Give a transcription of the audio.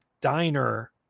diner